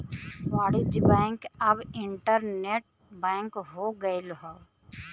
वाणिज्य बैंक अब internet bank हो गयल हौ